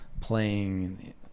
playing